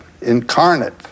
incarnate